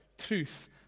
Truth